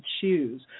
choose